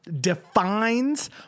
defines